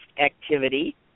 activity